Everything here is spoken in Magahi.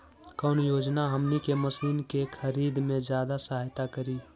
कौन योजना हमनी के मशीन के खरीद में ज्यादा सहायता करी?